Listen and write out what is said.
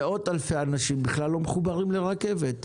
מאות אלפי אנשים בכלל לא מחוברים לרכבת.